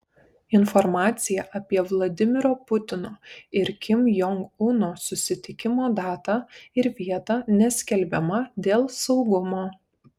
informacija apie vladimiro putino ir kim jong uno susitikimo datą ir vietą neskelbiama dėl saugumo